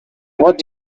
what